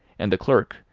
and the clerk,